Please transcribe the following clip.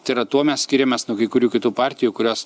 tai yra tuo mes skiriamės nuo kai kurių kitų partijų kurios